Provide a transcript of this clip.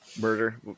Murder